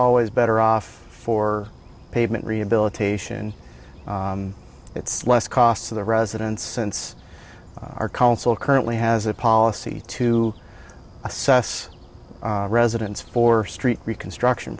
always better off for pavement rehabilitation it's less cost to the residents since our council currently has a policy to assess residents for street reconstruction